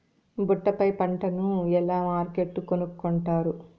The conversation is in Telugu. ఒట్టు పై పంటను ఎలా మార్కెట్ కొనుక్కొంటారు?